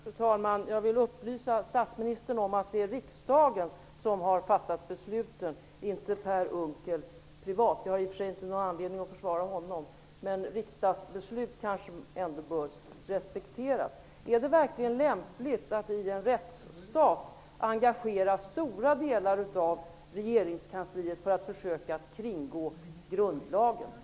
Fru talman! Jag vill upplysa statsministern om att det är riksdagen som har fattat besluten, inte Per Unckel privat - jag har i och för sig ingen anledning att försvara honom, men riksdagsbeslut kanske ändå bör respekteras. Är det verkligen lämpligt att i en rättsstat engagera stora delar av regeringskansliet för att försöka kringgå grundlagen?